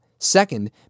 Second